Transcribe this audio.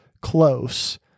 close